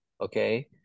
okay